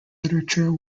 literature